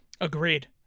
Agreed